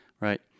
right